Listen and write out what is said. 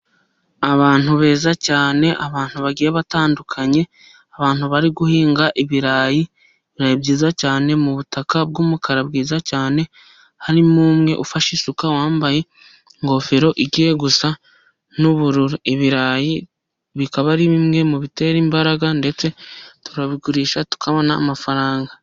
Abantu beza cyane, abantu bagiye batandukanye, abantu bari guhinga ibirayi byiza cyane, mu butaka bw'umukara bwiza cyane. Harimo umwe ufashe isuka, wambaye ingofero igiye gusa n'ubururu. Ibirayi bikaba ari bimwe mu bitera imbaraga, ndetse turabigurisha tukabona amafaranga.